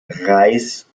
reis